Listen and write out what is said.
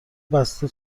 بسته